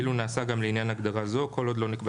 כאילו נעשה גם לעניין הגדרה זו כל עוד לא נקבע